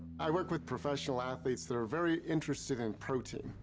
i work with professional athletes that are very interested in protein.